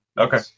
okay